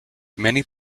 many